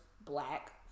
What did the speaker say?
black